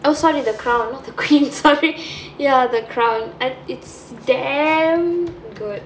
oh sorry the crown not the queen sorry ya the crown I t~ it's damn good